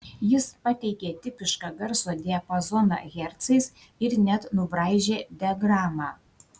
jis pateikė tipišką garso diapazoną hercais ir net nubraižė diagramą